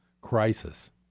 crisis